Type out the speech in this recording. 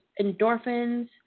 endorphins